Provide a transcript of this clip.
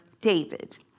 David